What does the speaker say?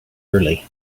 early